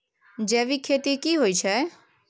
जैविक खेती की होए छै?